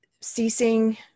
ceasing